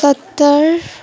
सत्तर